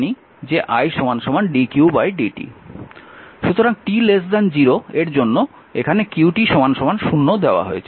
সুতরাং t 0 এর জন্য এখানে q 0 দেওয়া হয়েছে